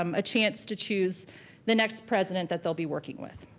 um a chance to choose the next president that they'll be working with.